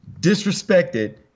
disrespected